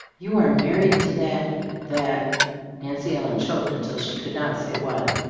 you are married to that that nancy ellen choked until she could not say what.